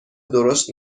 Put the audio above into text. درشت